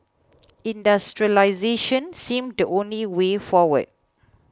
industrialisation seemed the only way forward